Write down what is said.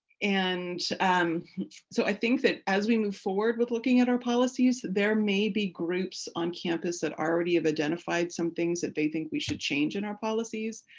and so i think that as we move forward with looking at our policies, there may be groups on campus that already have identified some things that they think we should change in our policies,